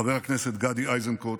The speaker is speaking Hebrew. חבר הכנסת גדי איזנקוט,